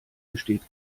besteht